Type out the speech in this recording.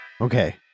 Okay